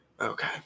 Okay